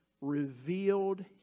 revealed